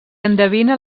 endevina